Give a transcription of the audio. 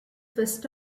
first